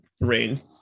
rain